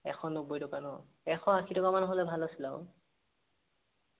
এশ নব্বৈ টকা ন এশ আশী টকামান হ'লে ভাল আছিল আৰু